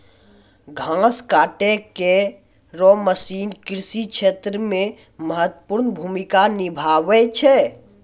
घास काटै केरो मसीन कृषि क्षेत्र मे महत्वपूर्ण भूमिका निभावै छै